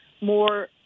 more